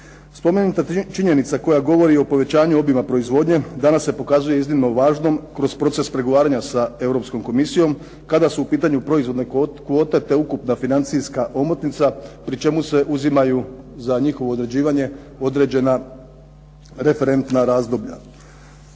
Spomenuta činjenica koja govori o povećanju obijma proizvodnje danas se pokazuje iznimno važnom kroz proces pregovaranja sa Europskom Komisijom, kada su u pitanju proizvodne kvote, te ukupna financijska omotnica, pri čemu se uzimaju za njihovo određivanje određena referentna razdoblja.